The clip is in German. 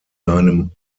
seinem